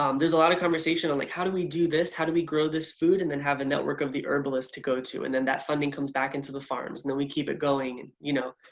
um there's a lot of conversation on like how do we do this? how do we grow this food and then have a network of the herbalist to go to? and then that funding comes back into the farm, and then we keep it going and you know,